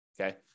okay